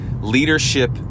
Leadership